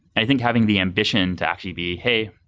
i think having the ambition to actually be, hey,